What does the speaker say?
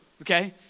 okay